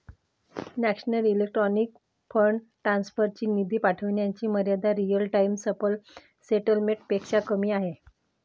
national electronic fund transfer ची निधी पाठविण्याची मर्यादा रिअल टाइम सकल सेटलमेंट पेक्षा कमी आहे